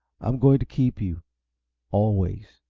i'm going to keep you always.